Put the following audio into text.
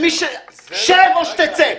שב או שתצא.